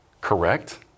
correct